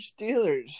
Steelers